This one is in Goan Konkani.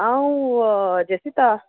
हांव जेसिता